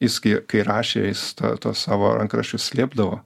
jis kai kai rašė jis ta tuos savo rankraščius slėpdavo